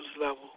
level